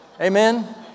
Amen